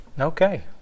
Okay